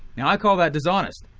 now i call that dishonest.